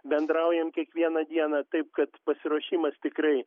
bendraujam kiekvieną dieną taip kad pasiruošimas tikrai